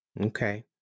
Okay